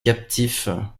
captifs